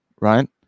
right